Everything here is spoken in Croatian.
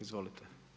Izvolite.